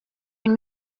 une